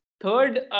third